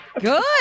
Good